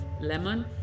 lemon